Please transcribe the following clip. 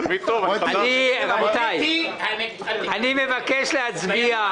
רבותי, אני מבקש להצביע.